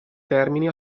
termini